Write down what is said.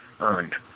earned